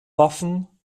waffen